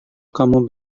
kamu